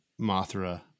Mothra